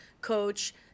coach